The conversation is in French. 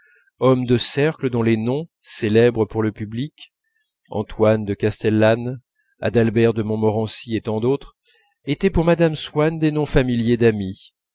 hommes de cercle dont les noms célèbres pour le public antoine de castellane adalbert de montmorency et tant d'autres étaient pour mme swann des noms familiers d'amis